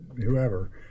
whoever